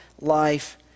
life